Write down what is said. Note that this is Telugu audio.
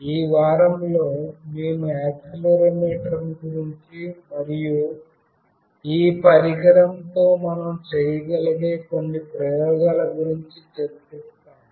ఈ వారంలో మేము యాక్సిలెరోమీటర్ గురించి మరియు ఈ పరికరంతో మనం చేయగలిగే కొన్నిప్రయోగాల గురించి చర్చిస్తాము